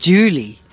Julie